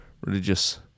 religious